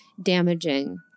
damaging